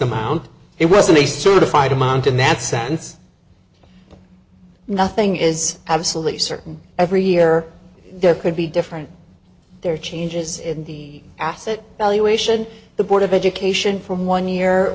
amount it wasn't a certified amount in that sense nothing is absolutely certain every year there could be different there are changes in the asset valuation the board of education from one year